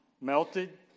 melted